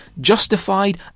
justified